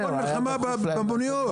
זה הכול מלחמה במוניות.